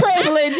privilege